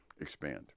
expand